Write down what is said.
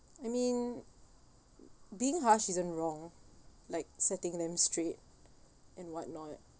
I mean being harsh isn't wrong like setting them straight and whatnot